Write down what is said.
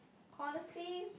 honestly